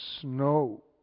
snow